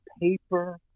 paper